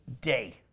day